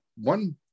one